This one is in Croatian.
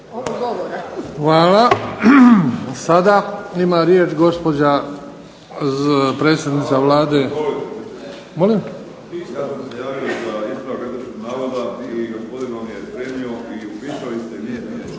Hvala. Sada ima riječ gospođa predsjednica Vlade